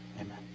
Amen